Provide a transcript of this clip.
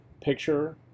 picture